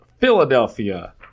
philadelphia